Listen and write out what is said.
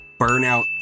Burnout